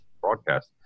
broadcast